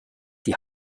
die